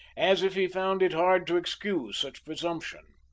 as if he found it hard to excuse such presumption.